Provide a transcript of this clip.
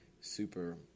super